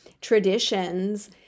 traditions